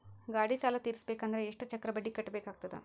ಗಾಡಿ ಸಾಲ ತಿರಸಬೇಕಂದರ ಎಷ್ಟ ಚಕ್ರ ಬಡ್ಡಿ ಕಟ್ಟಬೇಕಾಗತದ?